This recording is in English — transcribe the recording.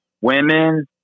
women